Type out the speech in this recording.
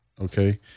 okay